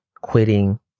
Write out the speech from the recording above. quitting